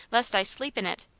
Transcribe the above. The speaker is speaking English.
lest i sleep in it!